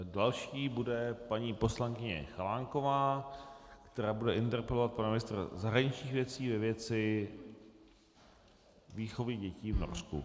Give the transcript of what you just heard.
Další bude paní poslankyně Chalánková, která bude interpelovat pana ministra zahraničních věcí ve věci výchovy dětí v Norsku.